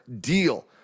deal